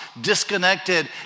disconnected